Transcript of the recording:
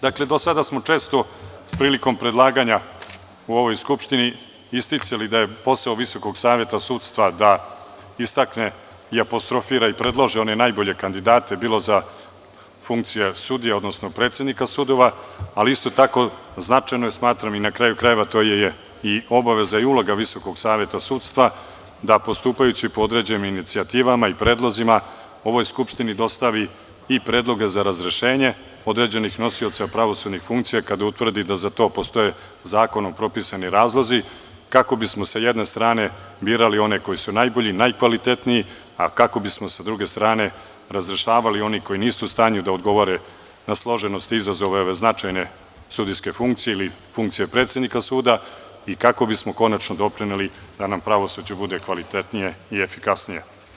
Dakle, do sada smo često prilikom predlaganja u ovoj Skupštini isticali da je posao VSS da istakne, apostrofira i predloži one najbolje kandidate, bilo za funkcije sudija, odnosno predsednika sudova, ali isto tako značajno je, smatram, a na kraju krajeva to je i obaveza i uloga VSS, da postupajući po određenim inicijativama i predlozima ovoj Skupštini dostavi i predloge za razrešenje određenih nosioca pravosudnih funkcija kada utvrdi da za to postoje zakonom propisani razlozi, kako bismo sa jedne strane birali one koji su najbolji i najkvalitetniji, a kako bismo sa druge strane razrešavali one koji nisu u stanju da odgovore na složenost i izazove ove značajne sudijske funkcije ili funkcije predsednika suda i kako bismo konačno doprineli da nam pravosuđe bude kvalitetnije i efikasnije.